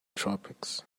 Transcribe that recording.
tropics